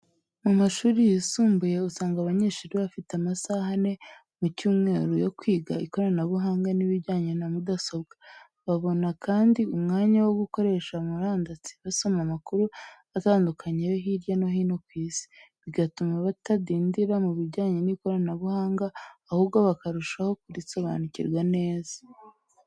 Mu mashuri yisumbuye usanga abanyeshuri bafite amasaha ane mu cyumweru yo kwiga ikoranabuhanga n’ibijyanye na mudasobwa. Babona kandi umwanya wo gukoresha murandasi basoma amakuru atandukanye yo hirya no hino ku isi, bigatuma batadindira mu bijyanye n’ikoranabuhanga, ahubwo bakarushaho kurisobanukirwa neza.